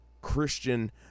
Christian